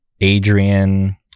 Adrian